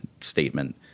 statement